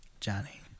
Johnny